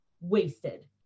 wasted